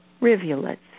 rivulets